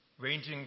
ranging